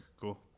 cool